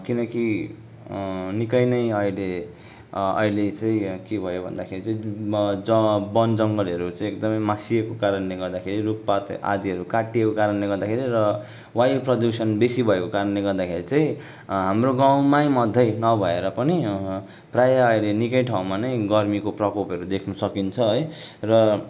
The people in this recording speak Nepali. किनकि निकै नै अहिले अहिले चाहिँ के भयो भन्दाखेरि चाहिँ बनजङ्गलहरू चाहिँ एकदमै मासिएको कारणले गर्दाखेरि रुखपात आदि काटिएको कारणले गर्दाखेरि र वायु प्रदूषण बेसी भएको कारणले गर्दाखेरि चाहिँ हाम्रो गाउँमै मात्रै न भएर पनि प्राय अहिले निकै ठाउँमा नै गर्मीको प्रकोपहरू देख्नु सकिन्छ है र